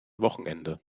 wochenende